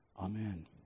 Amen